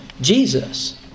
Jesus